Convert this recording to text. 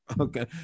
Okay